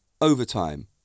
overtime